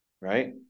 right